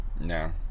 No